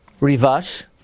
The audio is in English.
Rivash